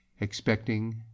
expecting